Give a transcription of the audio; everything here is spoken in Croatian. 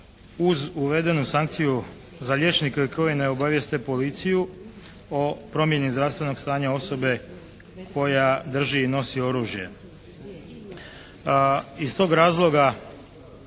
uz uvedenu sankciju za liječnike koji ne obavijeste policiju o promjeni zdravstvenog stanja osobe koja drži i nosi oružje. Iz tog razloga